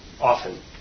often